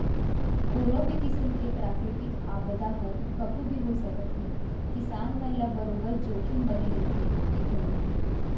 कोनो भी किसिम के प्राकृतिक आपदा हर कभू भी हो सकत हे किसान मन ल बरोबर जोखिम बने रहिथे एखर ले